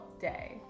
day